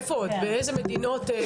איפה עוד באיזה מדינות?